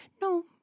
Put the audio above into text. no